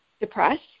depressed